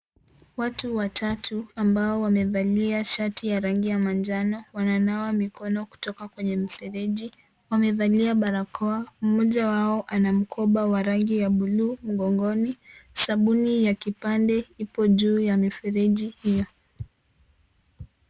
Watu watatu ambao wamevalia shati ya rangi ya manjano wananawa mikona kutoka kwenye mfereji. Wamevalia barakoa. Mmoja wao ana mkoba wa rangi ya buluu mgongoni. Sabuni ya kipande ipo juu ya mfereji hiyo.